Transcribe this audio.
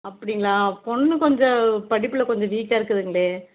அப்படிங்களா பொண்ணு கொஞ்சம் படிப்பில் கொஞ்சம் வீக்காக இருக்குதுங்களே